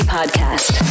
Podcast